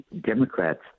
Democrats